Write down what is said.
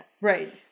Right